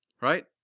Right